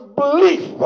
belief